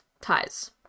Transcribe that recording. ties